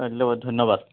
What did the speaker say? ধন্যবাদ ধন্যবাদ